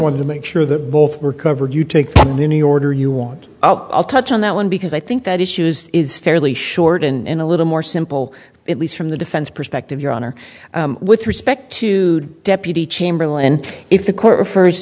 want to make sure that both were covered you take the new yorker you want i'll touch on that one because i think that issues is fairly short and a little more simple at least from the defense perspective your honor with respect to deputy chamberlain if the court refers